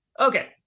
Okay